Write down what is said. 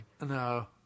No